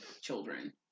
children